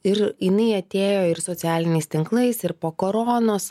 ir jinai atėjo ir socialiniais tinklais ir po koronos